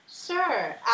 Sure